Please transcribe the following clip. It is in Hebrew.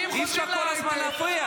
והמשקיעים חוזרים לארץ,